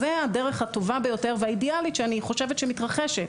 זו הדרך הטובה ביותר והאידיאלית שאני חושבת שמתרחשת.